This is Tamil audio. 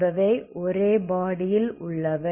என்பவை ஒரே பாடி யில் உள்ளவை